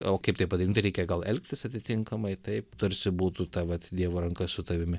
o kaip tai padarytum tai reikia gal elgtis atitinkamai taip tarsi būtų ta vat dievo ranka su tavimi